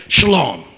Shalom